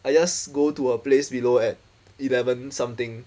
I just go to her place below at eleven something